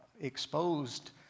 exposed